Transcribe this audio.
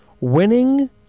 Winning